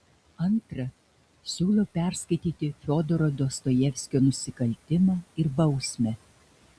antra siūlau perskaityti fiodoro dostojevskio nusikaltimą ir bausmę